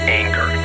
anger